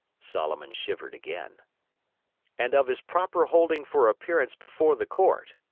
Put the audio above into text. solomon shivered again and of his proper holding for appearance before the court.